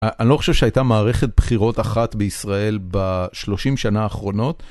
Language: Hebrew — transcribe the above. אני לא חושב שהייתה מערכת בחירות אחת בישראל בשלושים שנה האחרונות.